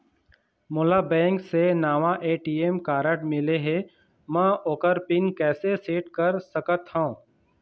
मोला बैंक से नावा ए.टी.एम कारड मिले हे, म ओकर पिन कैसे सेट कर सकत हव?